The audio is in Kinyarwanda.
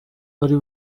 ari